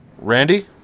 Randy